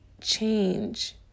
change